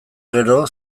gero